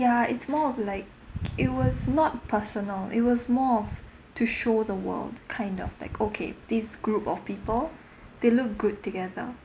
ya it's more of like it was not personal it was more to show the world kind of like okay this group of people they look good together